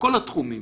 בכל התחומים.